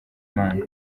imana